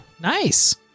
nice